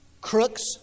crooks